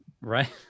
Right